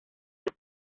para